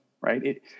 right